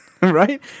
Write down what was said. right